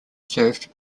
served